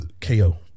KO